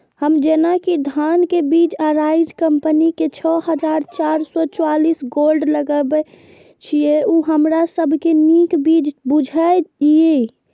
हम जेना कि धान के बीज अराइज कम्पनी के छः हजार चार सौ चव्वालीस गोल्ड लगाबे छीय उ हमरा सब के नीक बीज बुझाय इय?